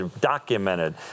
documented